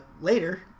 later